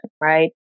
right